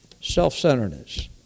self-centeredness